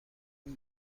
این